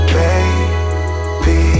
baby